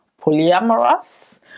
polyamorous